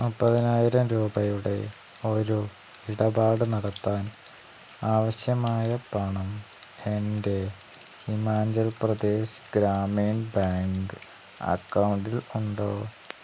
മുപ്പതിനായിരം രൂപയുടെ ഒരു ഇടപാട് നടത്താൻ ആവശ്യമായ പണം എൻ്റെ ഹിമാചൽപ്രദേശ് ഗ്രാമീൺ ബാങ്ക് അക്കൗണ്ടിൽ ഉണ്ടോ